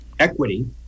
equity